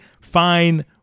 fine